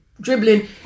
dribbling